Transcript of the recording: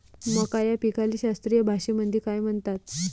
मका या पिकाले शास्त्रीय भाषेमंदी काय म्हणतात?